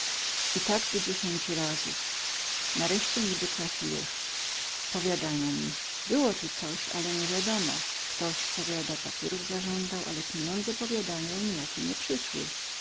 i tak do dziesięci razów nareście niby trafiłech powiadają mi było tu coś ale nie wiadomo ktoś powiada papierów zaządał ale piniądze powiadają nijakie nie przysły